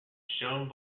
shown